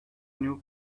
new